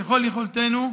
ככל יכולתנו,